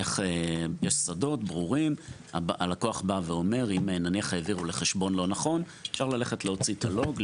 אם הלקוח בא ואומר: העבירו לחשבון לא נכון אפשר ללכת להוציא את הלוג,